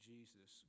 Jesus